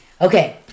okay